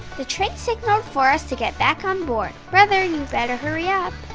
the train signaled for us to get back on board. brother, you better hurry up.